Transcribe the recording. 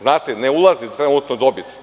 Znate, ne ulazi trenutno u dobit.